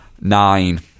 Nine